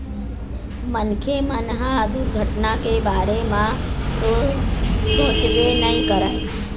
मनखे मन ह दुरघटना के बारे म तो सोचबे नइ करय